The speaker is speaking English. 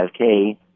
5K